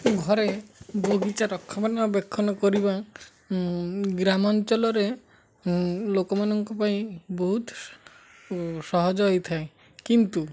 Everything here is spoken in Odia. ଘରେ ବଗିଚା ରକ୍ଷଣ ବେକ୍ଷଣ କରିବା ଗ୍ରାମାଞ୍ଚଳରେ ଲୋକମାନଙ୍କ ପାଇଁ ବହୁତ ସହଜ ହେଇଥାଏ କିନ୍ତୁ